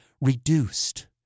reduced